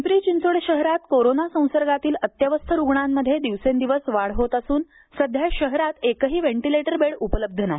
पिंपरी चिंचवड शहरात कोरोना संसर्गतील अत्यवस्थ रुग्णांमध्ये दिवसेंदिवस वाढ होत असून सध्या शहरात एकही व्हेंटीलेटर बेड उपलब्ध नाही